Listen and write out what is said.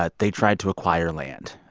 but they tried to acquire land.